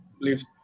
leave